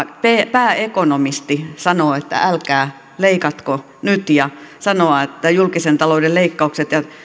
pääekonomisti sanoo että älkää leikatko nyt ja että julkisen talouden leikkaukset ja